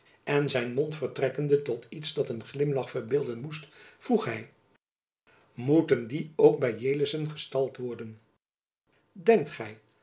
en zijn mond vertrekkende tot iets dat een glimlach verbeelden moest vroeg hy moeten die ook by jelissen gestald worden denkt gy